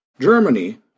Germany